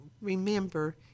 remember